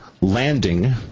landing